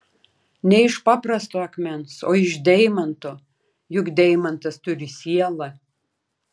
ne iš paprasto akmens o iš deimanto juk deimantas turi sielą